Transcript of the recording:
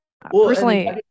personally